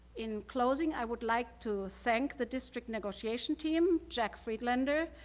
enclosing, i would like to thank the district negotiation team, jack friedlander,